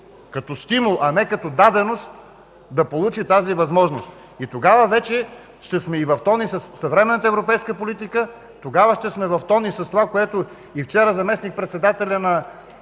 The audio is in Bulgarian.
като стимул, а не като даденост, да получи тази възможност. И тогава вече ще сме в тон и със съвременната европейска политика, тогава ще сме в тон с това, което и вчера заместник-председателят на